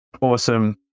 awesome